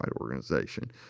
organization